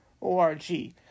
org